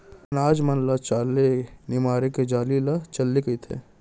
अनाज मन ल चाले निमारे के जाली ल चलनी कथें